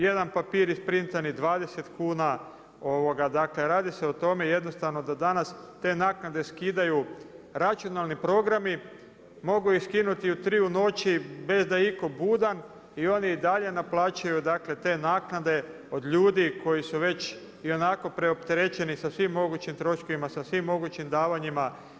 Jedan papir isprintani 20 kuna, dakle radi se o tome jednostavno da danas te naknade skidaju računalni programi, mogu ih skinuti i u 3 u noći bez da je itko budan i oni i dalje naplaćuju te naknade od ljudi koji su već ionako preopterećeni sa svim mogućim troškovima, sa svim mogućim davanjima.